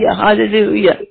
Hallelujah